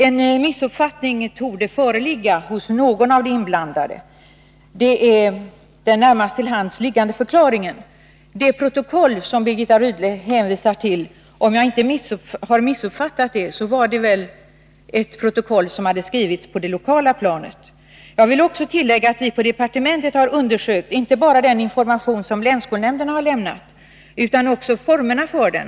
En missuppfattning torde föreligga hos någon av de inblandade — det är den närmast till hands liggande förklaringen. Det protokoll som Birgitta Rydle hänvisar till var, om jag inte missuppfattat det, skrivet på det lokala planet. Jag vill också tillägga att vi på departementet har undersökt inte bara den information som länsskolnämnderna har lämnat utan också formerna för den.